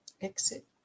Exit